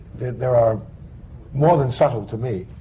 they. they are are more than subtle to me,